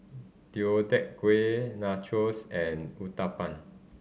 Deodeok Gui Nachos and Uthapam